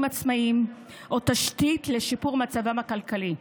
עצמאיים או תשתית לשיפור מצבם הכלכלי,